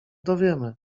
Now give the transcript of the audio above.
dowiemy